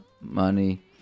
money